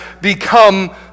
become